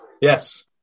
Yes